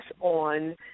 on